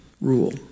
rule